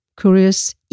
curious